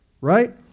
Right